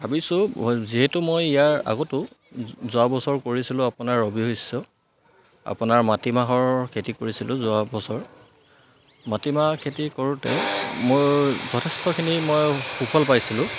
ভাবিছোঁ মই যিহেতু মই ইয়াৰ আগতো যোৱা বছৰ কৰিছিলোঁ আপোনাৰ ৰবি শস্য আপোনাৰ মাটিমাহৰ খেতি কৰিছিলোঁ যোৱা বছৰ মাটিমাহ খেতি কৰোঁতে মোৰ যথেষ্টখিনি মই সুফল পাইছিলোঁ